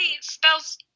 spells